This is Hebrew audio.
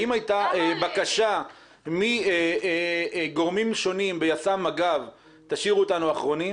האם הייתה בקשה מגורמים שונים ביס"מ ומג"ב: תשאירו אותנו אחרונים?